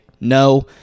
No